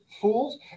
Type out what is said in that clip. fools